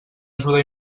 ajuda